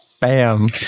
Bam